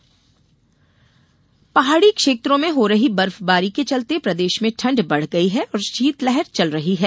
मौसम पहाड़ी क्षेत्रों में हो रही बर्फबारी के चलते प्रदेश में ठंड बढ़ गई है और शीतलहर चल रही है